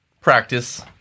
practice